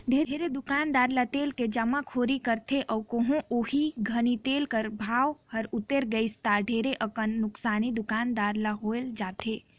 ढेरे दुकानदार ह तेल के जमाखोरी करथे अउ कहों ओही घनी तेल कर भाव हर उतेर गइस ता ढेरे अकन नोसकानी दुकानदार ल होए जाथे